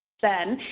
then.